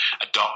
adopt